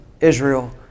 Israel